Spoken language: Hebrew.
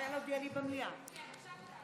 הורדנו הכול, גם את אלעזר.